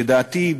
לדעתי,